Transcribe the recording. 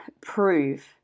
prove